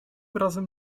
razem